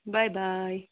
bye bye